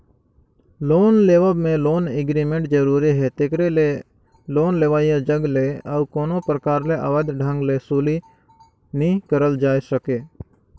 loan लेवब में loan agreement जरूरी हे तेकरे ले लोन लेवइया जग ले अउ कोनो परकार ले अवैध ढंग ले बसूली नी करल जाए सके